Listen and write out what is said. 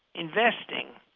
investing,